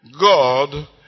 God